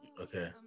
Okay